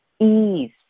ease